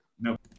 Nope